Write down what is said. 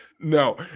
no